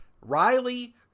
Riley